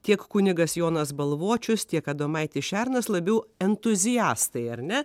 tiek kunigas jonas balvočius tiek adomaitis šernas labiau entuziastai ar ne